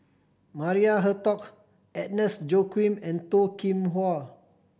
Maria Hertogh Agnes Joaquim and Toh Kim Hwa